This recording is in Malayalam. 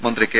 മന്ത്രി കെ